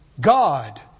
God